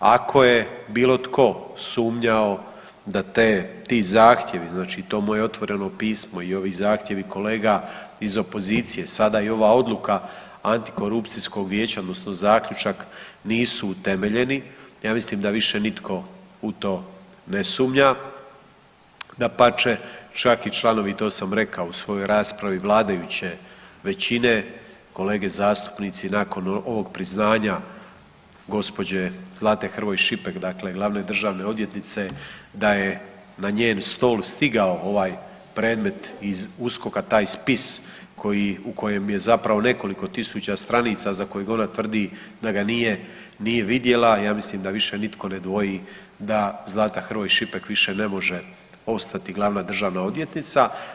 Ako je bilo tko sumnjao da ti zahtjevi znači to moje otvoreno pismo i ovi zahtjevi kolega iz opozicije sada i ova odluka Antikorupcijskog vijeća odnosno zaključak nisu utemeljeni, ja mislim da više nitko u to ne sumnja, dapače, čak i članovi to sam rekao u svojoj raspravi vladajuće većine, kolege zastupnici nakon ovog priznanja gospođe Zlate Hrvoj Šipek glavne državne odvjetnice da je na njen stol stigao ovaj predmet iz USKOK-a taj spis u kojem je zapravo nekoliko tisuća stranica za kojeg ona tvrdi da ga nije vidjela, ja mislim da više nitko ne dvoji da Zlata Hrvoj Šipek više ne može ostati glavna državna odvjetnica.